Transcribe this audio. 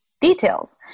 details